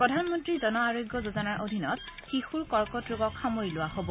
প্ৰধানমন্ত্ৰী জন আৰোগ্য যোজনাৰ অধীনত শিশুৰ কৰ্কট ৰোগক সামৰি লোৱা হ'ব